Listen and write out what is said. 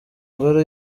ngoro